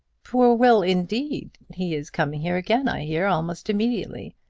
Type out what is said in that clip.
poor will, indeed. he is coming here again, i hear, almost immediately,